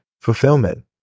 fulfillment